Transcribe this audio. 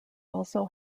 also